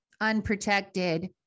unprotected